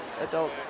Adult